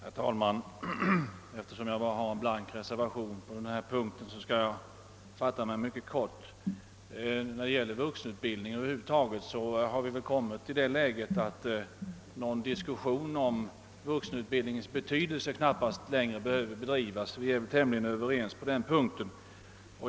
Herr talman! Eftersom jag bara har en blank reservation på denna punkt skall jag fatta mig mycket kort. När det gäller vuxenutbildningen över huvud taget har vi väl nu kommit i det läget att någon diskussion om vuxenutbildningens betydelse knappast längre behöver föras; vi är väl alla tämligen överens på den punkten.